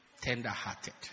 tender-hearted